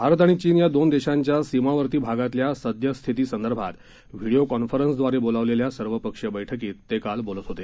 भारत आणि चीन या दोन देशांच्या सीमावर्ती भागातल्या सद्यस्थितीसंदर्भात व्हिडीओ कॉन्फरन्सद्वारे बोलावलेल्या सर्वपक्षीय बैठकीत ते काल बोलत होते